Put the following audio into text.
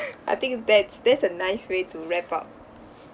I think that's that's a nice way to wrap up